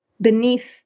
beneath